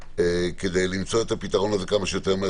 כדי למצוא את הפתרון כמה שיותר מהר,